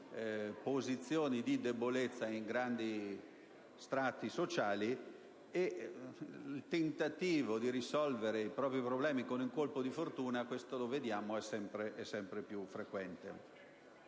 posizioni di debolezza in grandi strati sociali, e il tentativo di risolvere i problemi con il colpo di fortuna - questo lo possiamo vedere - è sempre più frequente.